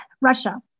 Russia